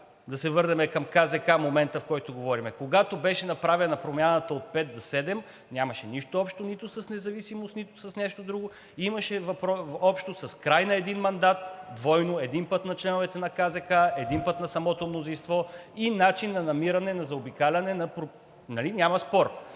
да се върнем към КЗК, момента, в който говорим – беше направена промяната от пет до седем, нямаше нищо общо нито с независимост, нито с нещо друго. Имаше общо с край на един мандат, двойно – един път на членовете на КЗК, един път на самото мнозинство и начин на намиране на заобикаляне… (Реплика от